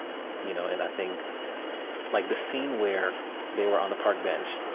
you know and i think like the scene where they were on the park bench,